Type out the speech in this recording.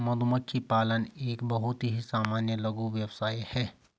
मधुमक्खी पालन एक बहुत ही सामान्य लघु व्यवसाय है